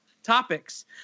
topics